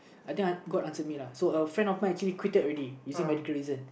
I think god answer me lah so a friend of my quitted already using medical reason